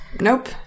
Nope